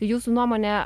jūsų nuomone